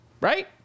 Right